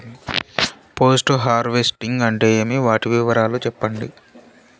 Post harvesting అంటే ఏమి? వాటి ఉపయోగాలు చెప్పండి?